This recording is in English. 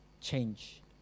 change